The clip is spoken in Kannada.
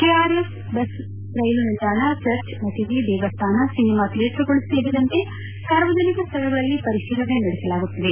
ಕೆಆರ್ಎಸ್ ಬಸ್ ರೈಲು ನಿಲ್ದಾಣ ಚರ್ಚ್ ಮಸೀದಿ ದೇವಸ್ಥಾನ ಸಿನಿಮಾ ಧಿಯೇಟರುಗಳು ಸೇರಿದಂತೆ ಸಾರ್ವಜನಿಕ ಸ್ಥಳಗಳಲ್ಲಿ ಪರಿಶೀಲನೆ ನಡೆಸಲಾಗುತ್ತಿದೆ